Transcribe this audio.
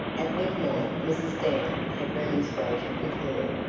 at midnight mrs. dan had remonstrated with her.